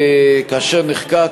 כאשר נחקק,